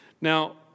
Now